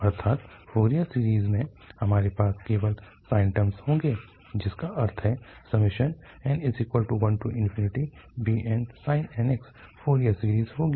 अर्थात Fourier series में हमारे पास केवल साइन टर्मस होंगे जिसका अर्थ है n1bnsin nx फोरियर सीरीज़ होगी